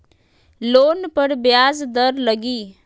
Loan पर ब्याज दर लगी?